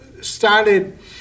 started